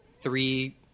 three